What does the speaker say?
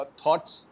thoughts